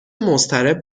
مضطرب